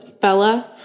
Bella